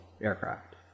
aircraft